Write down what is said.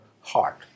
heart